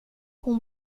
hon